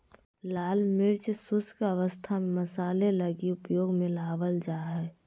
लाल मिर्च शुष्क अवस्था में मसाले लगी उपयोग में लाबल जा हइ